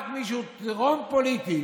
רק מי שהוא טירון פוליטי